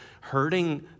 hurting